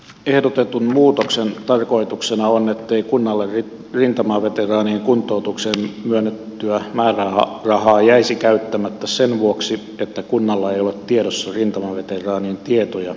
ehdotetun muutoksen tarkoituksena on ettei kunnalle rintamaveteraanien kuntoutukseen myönnettyä määrärahaa jäisi käyttämättä sen vuoksi että kunnalla ei ole tiedossa rintamaveteraanien tietoja